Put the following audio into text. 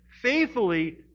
faithfully